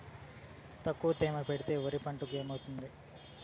తక్కువ తేమ పెడితే వరి పంట ఏమవుతుంది